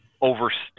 overstep